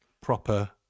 proper